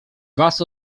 was